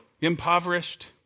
impoverished